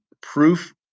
proof